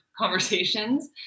conversations